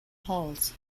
halls